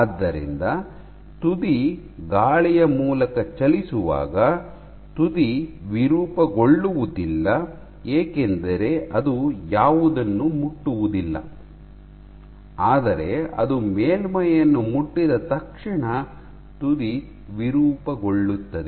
ಆದ್ದರಿಂದ ತುದಿ ಗಾಳಿಯ ಮೂಲಕ ಚಲಿಸುವಾಗ ತುದಿ ವಿರೂಪಗೊಳ್ಳುವುದಿಲ್ಲ ಏಕೆಂದರೆ ಅದು ಯಾವುದನ್ನೂ ಮುಟ್ಟುವುದಿಲ್ಲ ಆದರೆ ಅದು ಮೇಲ್ಮೈಯನ್ನು ಮುಟ್ಟಿದ ತಕ್ಷಣ ತುದಿ ವಿರೂಪಗೊಳ್ಳುತ್ತದೆ